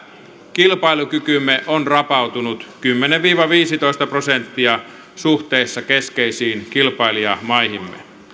kilpailukykymme on rapautunut kymmenen viiva viisitoista prosenttia suhteessa keskeisiin kilpailijamaihimme